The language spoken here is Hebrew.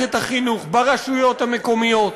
במערכת החינוך, ברשויות המקומיות.